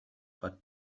but